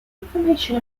information